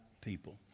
people